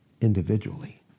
individually